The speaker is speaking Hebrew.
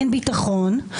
אין ביטחון,